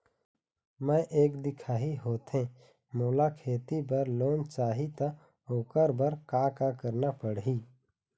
मैं एक दिखाही होथे मोला खेती बर लोन चाही त ओकर बर का का करना पड़ही?